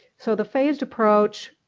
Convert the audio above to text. so the phased approach,